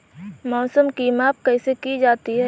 मौसम की माप कैसे की जाती है?